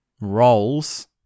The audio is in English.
roles